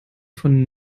von